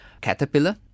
caterpillar